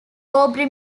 aubrey